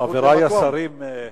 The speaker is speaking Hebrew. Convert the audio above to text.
חברי השרים.